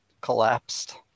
collapsed